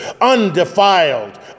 undefiled